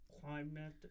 Climate